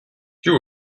you